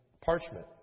parchment